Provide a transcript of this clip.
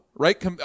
Right